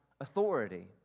authority